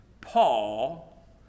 Paul